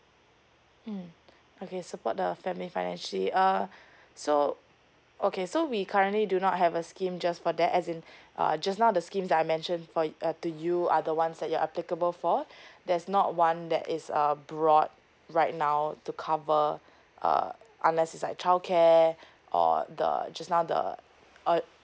mm okay support the family financially uh so okay so we currently do not have a scheme just for that as in err just now the scheme I mention for uh to you are the one that you're applicable for there's not one that is uh brought right now to cover uh unless is like child care or the just now the uh